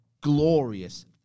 glorious